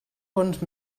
bons